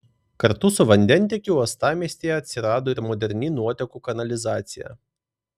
kartu su vandentiekiu uostamiestyje atsirado ir moderni nuotekų kanalizacija